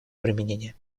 применение